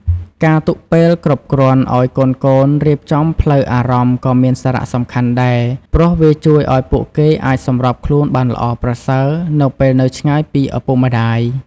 ការទុកពេលគ្រប់គ្រាន់ឱ្យកូនៗរៀបចំផ្លូវអារម្មណ៍ក៏មានសារៈសំខាន់ដែរ ព្រោះវាជួយឲ្យពួកគេអាចសម្របខ្លួនបានល្អប្រសើរនៅពេលនៅឆ្ងាយពីឪពុកម្តាយ។